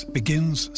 begins